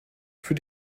für